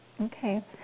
Okay